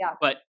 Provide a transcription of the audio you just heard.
but-